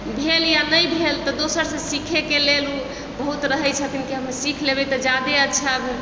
भेल या नहि भेल तऽ दोसर से सीखय के लेल ओ बहुत रहै छथिन कि हम सीख लेबै तऽ जादे अच्छा